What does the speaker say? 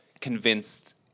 convinced